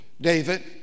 David